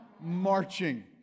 marching